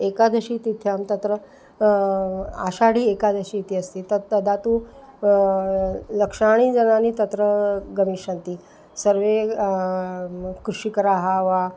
एकादशीतिथ्यां तत्र आषाढी एकादशी इति अस्ति तत् तदा तु लक्षाणि जनानि तत्र गमिष्यन्ति सर्वे कृषिकराः वा